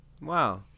Wow